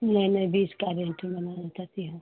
नहीं नहीं बीस कैरेट में बनाना चाहती हूँ